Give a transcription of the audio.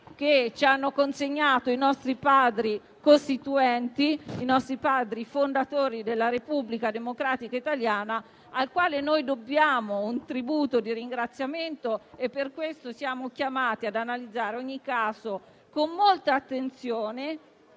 che ci hanno consegnato i nostri Padri costituenti, i Padri fondatori della Repubblica democratica italiana, ai quali noi dobbiamo un tributo di ringraziamento. Per questo siamo chiamati ad analizzare ogni caso con molta attenzione,